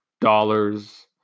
dollars